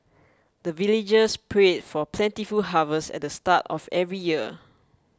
the villagers pray for plentiful harvest at the start of every year